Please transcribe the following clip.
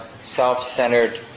self-centered